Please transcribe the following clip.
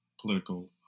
political